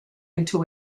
into